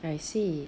I see